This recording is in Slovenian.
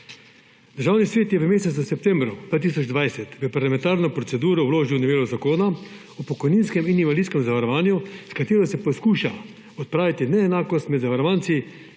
Državni svet je v mesecu septembru 2020 v parlamentarno proceduro vložil novelo Zakona o pokojninskem in invalidskem zavarovanju, s katero se poskuša odpraviti neenakost med zavarovanci,